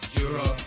Europe